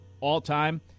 all-time